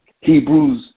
Hebrews